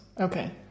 Okay